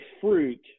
fruit